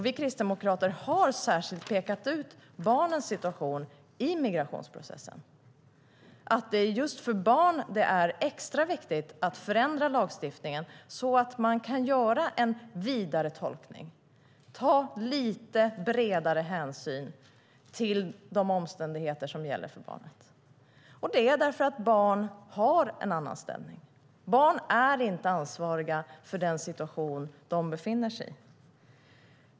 Vi kristdemokrater har särskilt pekat ut barnens situation i migrationsprocessen - att det är just för barn det är extra viktigt att förändra lagstiftningen, så att man kan göra en vidare tolkning och ta lite bredare hänsyn till de omständigheter som gäller för barn. Det är för att barn har en annan ställning. Barn är inte ansvariga för den situation de befinner sig i.